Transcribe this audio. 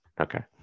Okay